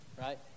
right